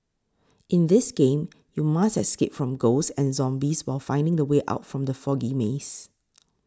in this game you must escape from ghosts and zombies while finding the way out from the foggy maze